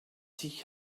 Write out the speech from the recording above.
sich